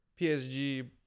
PSG